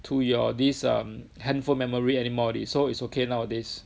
to your this um handphone memory anymore already so it's okay nowadays